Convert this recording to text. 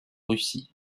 russie